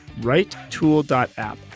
writetool.app